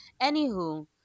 anywho